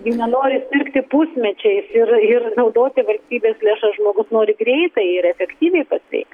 gi nenori pirkti pusmečiais ir ir naudoti valstybės lėšas žmogus nori greitai ir efektyviai pasveik